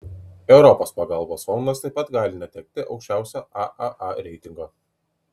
europos pagalbos fondas taip pat gali netekti aukščiausio aaa reitingo